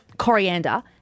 coriander